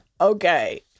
Okay